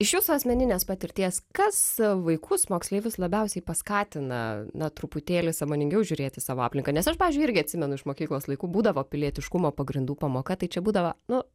iš jūsų asmeninės patirties kas vaikus moksleivius labiausiai paskatina na truputėlį sąmoningiau žiūrėt į savo aplinką nes aš pavyzdžiui irgi atsimenu iš mokyklos laikų būdavo pilietiškumo pagrindų pamoka tai čia būdavo nu